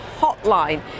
hotline